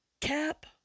cap